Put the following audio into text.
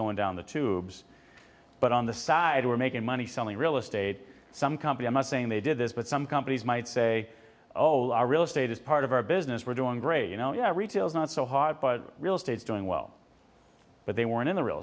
going down the tubes but on the side we're making money selling real estate some companies must saying they did this but some companies might say oh real estate is part of our business we're doing great you know yeah retail is not so hot but real estate is doing well but they were in the real